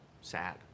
Sad